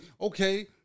okay